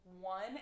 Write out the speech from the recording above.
one